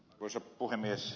arvoisa puhemies